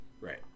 Right